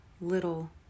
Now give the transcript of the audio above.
little